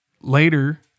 later